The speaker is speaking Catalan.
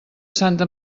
santa